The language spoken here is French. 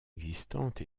existante